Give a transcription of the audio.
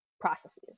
processes